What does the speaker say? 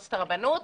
מועצת הרבנות,